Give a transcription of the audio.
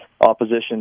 opposition